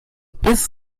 bis